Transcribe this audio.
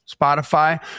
Spotify